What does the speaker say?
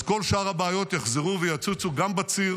אז כל שאר הבעיות יחזרו ויצוצו גם בציר